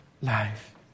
life